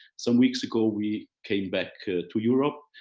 some weeks ago we came back to europe.